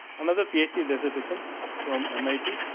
another phd dissertation from mit.